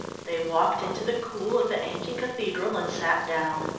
they walked into the cool of the ancient cathedral and sat down.